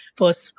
first